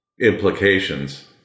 implications